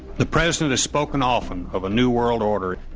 the president has spoken often of a new world order.